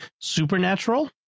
supernatural